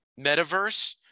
metaverse